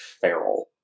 feral